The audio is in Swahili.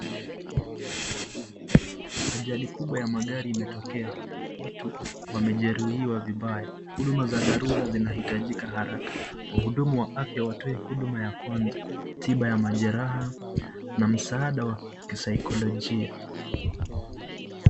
Ajali kubwa ya magari imetokea, watu wamejeruhiwa vibaya. Huduma za dharura zinahitajika haraka, wahudumu wa afya watoe huduma ya kwanza, tiba ya majeraha na msaada wa kisaikolojia.